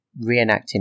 reenacting